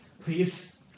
Please